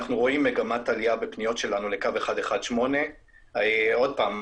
אנחנו רואים מגמת עלייה בפניות שלנו לקו 118. עוד פעם,